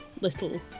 little